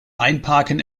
einparken